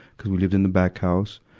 cuz we lived in the back house.